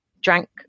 drank